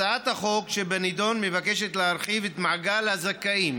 הצעת החוק שבנדון מבקשת להרחיב את מעגל הזכאים